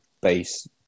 base